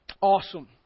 Awesome